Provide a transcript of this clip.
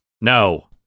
No